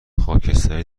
خاکستری